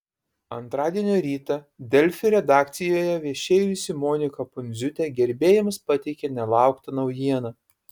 antradienio rytą delfi redakcijoje viešėjusi monika pundziūtė gerbėjams pateikė nelauktą naujieną